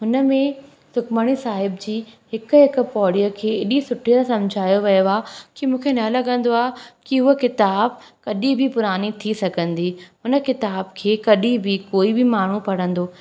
हुन में सुखमणी साहिब जी हिकु हिकु पौड़ीअ खे एॾी सुठे सां सम्झायो वियो आहे की मूंखे न लॻंदो आहे की उहा किताबु कॾहिं बि पुरानी थी सघंदी उन किताब खे कॾहिं बि कोई बि माण्हू पढ़ंदो